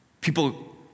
People